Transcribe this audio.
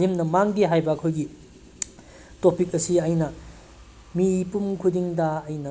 ꯂꯦꯝꯅ ꯃꯥꯡꯗꯦ ꯍꯥꯏꯕ ꯑꯩꯈꯣꯏꯒꯤ ꯇꯣꯄꯤꯛ ꯑꯁꯤ ꯑꯩꯅ ꯃꯤꯄꯨꯡ ꯈꯨꯗꯤꯡꯗ ꯑꯩꯅ